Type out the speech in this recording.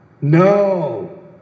No